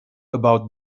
about